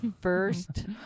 first